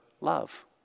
love